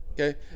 Okay